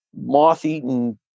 moth-eaten